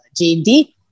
JD